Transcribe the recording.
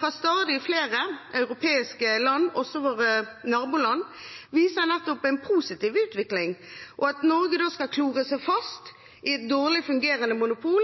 fra stadig flere europeiske land, også våre naboland, viser nettopp en positiv utvikling. At Norge da skal klore seg fast i et dårlig fungerende monopol,